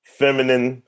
feminine